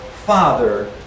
Father